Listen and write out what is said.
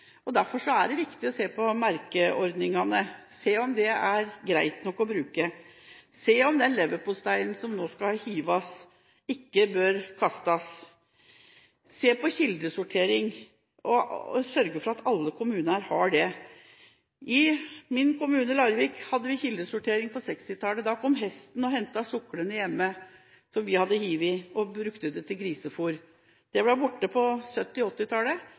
Derfor er det viktig å se på merkeordningene, se på om noe er greit nok å bruke, se på om den leverposteien som nå skal hives, ikke bør kastes, se på kildesortering og sørge for at alle kommuner har det. I min kommune, Larvik, hadde vi kildesortering på 1960-tallet. Da kom man med hest og hentet skyllene hjemme som vi hadde kastet, og det ble brukt til grisefôr. Dette ble borte på